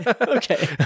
Okay